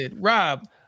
Rob